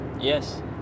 Yes